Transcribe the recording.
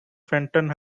fenton